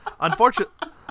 unfortunately